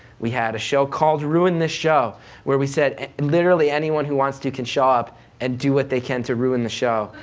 we had a show called ruin this show where we said literally anyone who wants to can show up and do what they can to ruin the show,